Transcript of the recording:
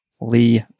lee